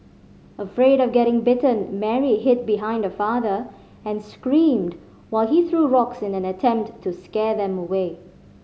afraid of getting bitten Mary hid behind her father and screamed while he threw rocks in an attempt to scare them away